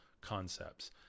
concepts